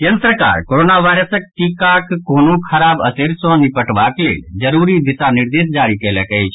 केन्द्र सरकार कोरोनावायरस टीकाक कोनो खराब असरि सॅ निपटबाक लेल जरूरी दिशा निर्देश जारी कयलक अछि